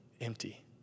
empty